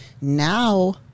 now